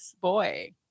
boy